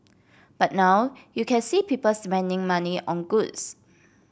but now you can see people spending money on goods